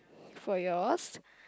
for yours